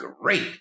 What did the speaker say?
great